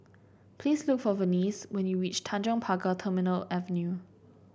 please look for Venice when you reach Tanjong Pagar Terminal Avenue